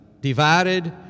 divided